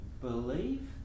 believe